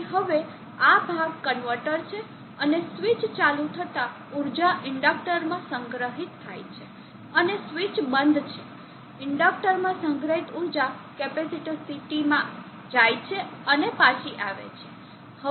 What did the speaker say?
તેથી હવે આ ભાગ કન્વર્ટર છે અને સ્વીચ ચાલુ થતા ઊર્જા ઇન્ડક્ટરમાં સંગ્રહિત થાય છે અને સ્વીચ બંધ છે ઇન્ડક્ટરમાં સંગ્રહિત ઊર્જા કેપેસિટર CT માં જાય છે અને પાછી આવે છે